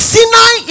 Sinai